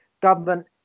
government